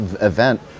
event